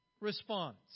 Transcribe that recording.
response